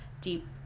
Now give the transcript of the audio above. deep